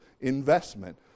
investment